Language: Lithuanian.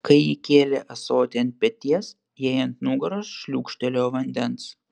kai ji kėlė ąsotį ant peties jai ant nugaros šliūkštelėjo vandens